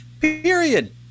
Period